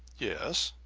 yes.